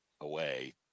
away